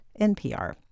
NPR